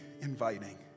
inviting